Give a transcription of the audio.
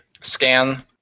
scan